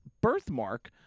birthmark